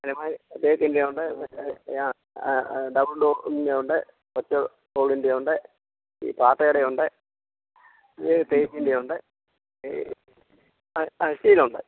അലമാരി തേക്കിൻ്റെയുണ്ട് ഡബിൾ ഡോറിൻ്റെ ഉണ്ട് ഒറ്റ ഡോറിൻ്റെ ഉണ്ട് ഈ പാത്തേടെ ഉണ്ട് തേക്കിൻ്റെ ഉണ്ട് ആ ആ സ്റ്റീലുണ്ട്